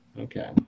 Okay